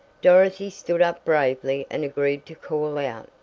dorothy stood up bravely and agreed to call out,